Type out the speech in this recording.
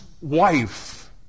wife